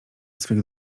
swych